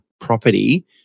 property